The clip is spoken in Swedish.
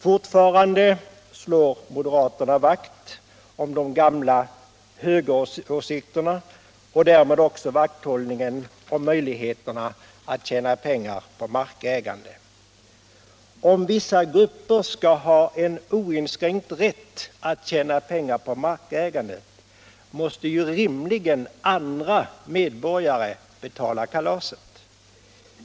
Fortfarande slår moderaterna vakt om de gamla högeråsikterna och därmed också om möjligheterna att tjäna pengar på markägande. Om vissa grupper skall ha en oinskränkt rätt att tjäna pengar på markägande, måste rimligen andra medborgare betala kalaset.